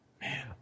Man